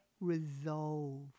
resolve